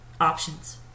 options